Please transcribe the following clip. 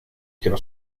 lleva